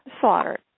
slaughtered